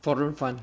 foreign fund